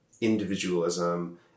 individualism